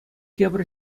тепӗр